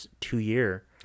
two-year